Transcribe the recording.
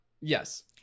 Yes